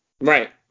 Right